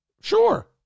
sure